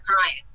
crying